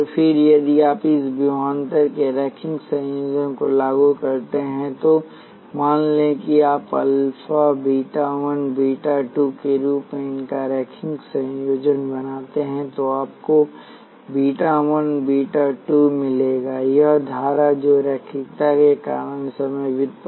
फिर यदि आप इन विभवांतर के रैखिक संयोजन को लागू करते हैं तो मान लें कि आप alpha V 1 plus beta V 2 के रूप में इनका रैखिक संयोजन बनाते हैं तो आपको alpha V 1 plus beta V 2 मिलेगा यह धारा है जो रैखिकता के कारण है समय व्युत्पन्न